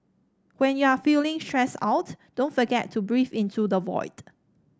when you are feeling stressed out don't forget to breathe into the void